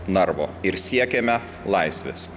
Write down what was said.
narvo ir siekėme laisvės